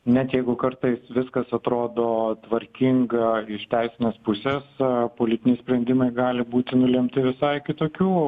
net jeigu kartais viskas atrodo tvarkinga iš teisinės pusės politiniai sprendimai gali būti nulemti visai kitokių